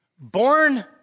born